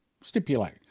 stipulate